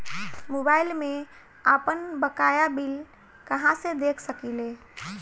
Mobile में आपनबकाया bill कहाँसे देख सकिले?